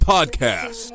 Podcast